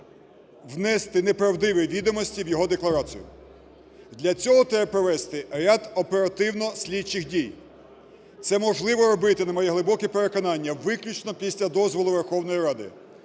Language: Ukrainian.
внести неправдиві відомості в його декларацію. Для цього треба провести ряд оперативно-слідчих дій. Це можливо робити, на моє глибоке переконання, виключно після дозволу Верховної Ради.